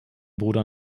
bruder